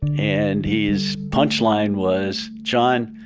and his punchline was, john,